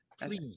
Please